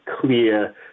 clear